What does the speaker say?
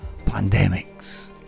pandemics